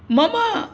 मम